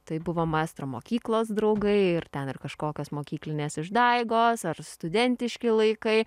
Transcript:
tai buvo maestro mokyklos draugai ir ten ir kažkokios mokyklinės išdaigos ar studentiški laikai